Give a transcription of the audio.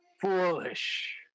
Foolish